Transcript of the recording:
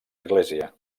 església